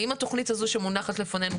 האם התכנית הזאת שמונחת לפנינו,